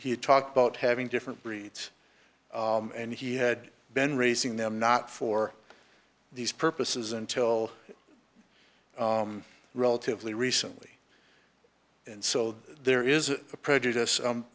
had talked about having different breeds and he had been raising them not for these purposes until relatively recently and so there is a prejudice